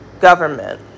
government